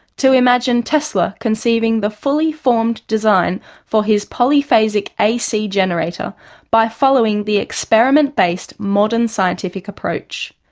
to imagine tesla conceiving the fully formed design for his polyphasic ac generator by following the experiment-based modern scientific approach.